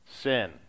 sin